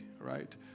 right